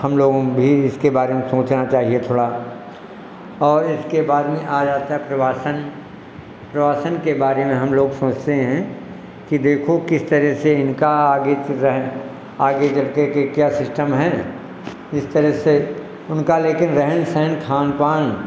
हम लोगों में भी इसके बारे में सोचना चाहिए थोड़ा और इसके बाद में आ जाता है प्रवासन प्रवासन के बारे में हम लोग सोचते हैं कि देखो किस तरह से इनका आगे रह आगे चल के क्या सिस्टम है इस तरह से उनका लेकिन रहन सहन खान पान